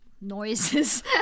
noises